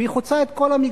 והיא חוצה את כל המגזרים.